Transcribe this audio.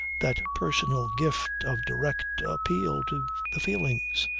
that personal gift of direct appeal to the feelings.